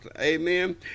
amen